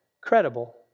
credible